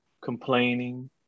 complaining